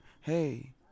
hey